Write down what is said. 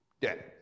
dead